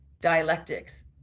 dialectics